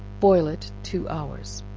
boil it two hours.